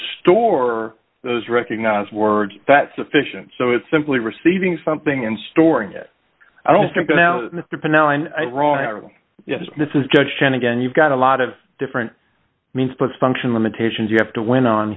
store those recognize words that sufficient so it's simply receiving something and storing it i don't think now this is judge then again you've got a lot of different means but function limitations you have to win on